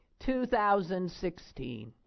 2016